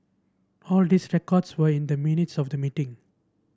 all these records were in the minutes of the meeting